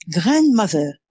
grandmother